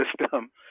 system